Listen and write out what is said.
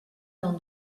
del